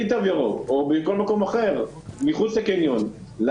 בכל מקום אחר מחוץ לקניון בלי תו ירוק.